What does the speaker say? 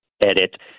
edit